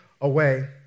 away